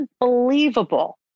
unbelievable